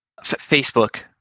Facebook